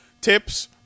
tips